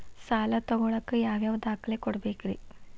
ಸಾಲ ತೊಗೋಳಾಕ್ ಯಾವ ಯಾವ ದಾಖಲೆ ಕೊಡಬೇಕ್ರಿ?